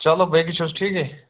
چلو باقٕے چھُ حظ ٹھیٖکٕے